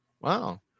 Wow